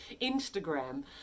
Instagram